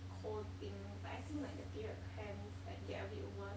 cold things like I think like the period cramps like get a bit worse